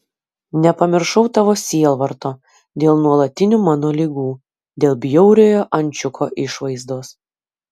nepamiršau tavo sielvarto dėl nuolatinių mano ligų dėl bjauriojo ančiuko išvaizdos